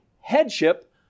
headship